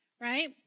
right